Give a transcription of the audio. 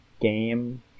game